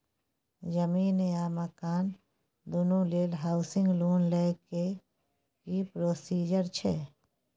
जमीन आ मकान दुनू लेल हॉउसिंग लोन लै के की प्रोसीजर छै?